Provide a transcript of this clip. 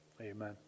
Amen